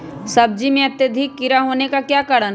सब्जी में अत्यधिक कीड़ा होने का क्या कारण हैं?